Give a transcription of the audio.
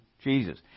Jesus